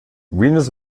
venus